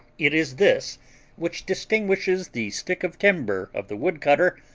it is this which distinguishes the stick of timber of the wood-cutter,